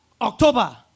October